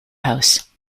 house